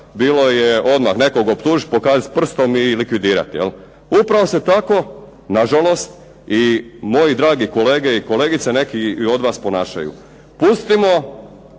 Bilo je odmah nekog optužit, pokazat prstom i likvidirat. Upravo se tako, na žalost, i moji dragi kolege i kolegice neki i od vas ponašaju. Pustimo